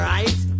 Right